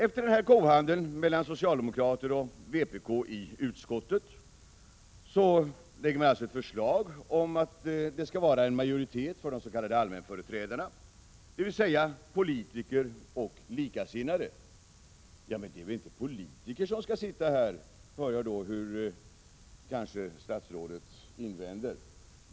Efter denna kohandel mellan socialdemokrater och vpk i utskottet lade man alltså fram ett förslag om att det skall vara en majoritet för de s.k. allmänföreträdarna, dvs. politiker och likasinnade. Men det är väl inte politiker som skall sitta där, får jag kanske höra statsrådet invända.